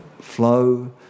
flow